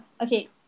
Okay